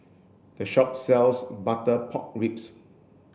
this shop sells butter pork ribs